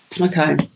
Okay